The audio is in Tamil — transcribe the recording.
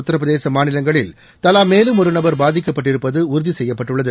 உத்தரப்பிரதேச மாநிலங்களில் தவா மேலும் ஒரு நபர் பாதிக்கபட்டிருப்பது உறுதி செய்யப்பட்டுள்ளது